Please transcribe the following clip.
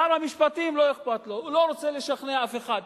לשר המשפטים לא אכפת, הוא לא רוצה לשכנע אף אחד.